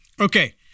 Okay